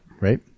Right